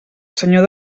senyor